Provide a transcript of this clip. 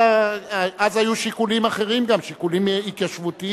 אז היו שיקולים אחרים גם, שיקולים התיישבותיים,